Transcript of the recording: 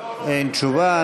אין תשובה.